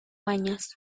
años